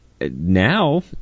Now